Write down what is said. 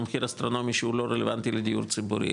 במחיר אסטרונומי שהוא לא רלוונטי לדיור ציבורי,